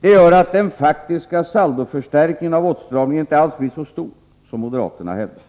Detta gör att den faktiska saldoförstärkningen av åtstramningarna inte alls blir så stor som moderaterna hävdar.